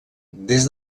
des